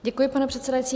Děkuji, pane předsedající.